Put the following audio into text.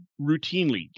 routinely